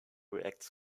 reacts